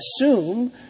assume